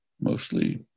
mostly